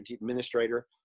administrator